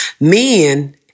men